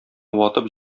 ватып